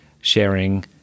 sharing